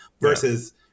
Versus